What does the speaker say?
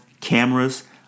Cameras